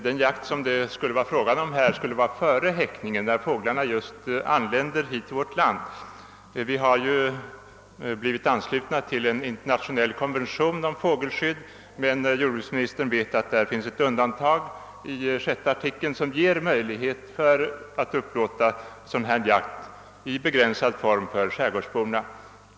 Herr talman! Den jakt som det är frå ga om nu är jakt före häckningen, när fåglarna just anlänt till vårt land. Vi har blivit anslutna till en internationell konvention om fågelskydd, men jordbruksministern vet att det finns ett undantag i artikel 6 som ger möjlighet till begränsad jakt för skärgårdsborna.